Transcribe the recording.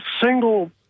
single